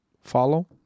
follow